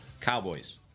Cowboys